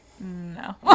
no